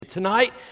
Tonight